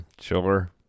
Sure